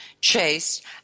chased